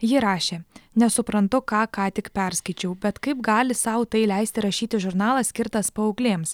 ji rašė nesuprantu ką ką tik perskaičiau bet kaip gali sau tai leisti rašyti žurnalas skirtas paauglėms